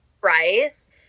price